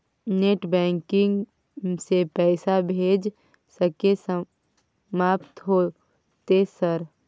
Net banking से पैसा भेज सके सामत होते सर?